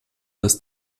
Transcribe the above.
das